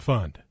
Fund